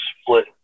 split